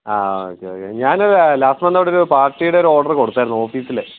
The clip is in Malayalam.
ആ ഓക്കെ ഓക്കെ ഞാൻ ലാസ്റ്റ് വന്നത് അവിടെ ഒരു പാർട്ടിയുടെ ഒരു ഓർഡർ കൊടുത്തിരുന്നു ഓഫീസിലെ